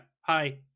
Hi